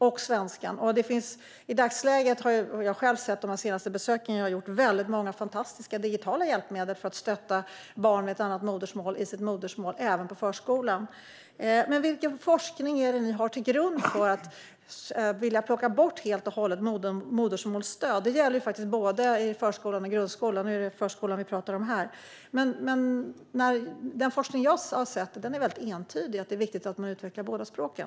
Vid de besök jag har gjort har jag sett att det i dagsläget finns många fantastiska digitala hjälpmedel för att stötta barn med ett annat modersmål även i förskolan. Vilken forskning har ni till grund för att helt och hållet plocka bort modersmålsstöd? Det gäller i både förskolan och grundskolan, även om vi här talar om förskolan. Den forskning jag har sett visar entydigt att det är viktigt att utveckla båda språken.